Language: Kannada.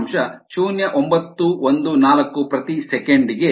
0914 s 1